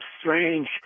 strange